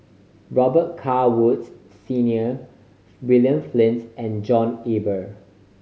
Robet Carr Woods Senior William Flint and John Eber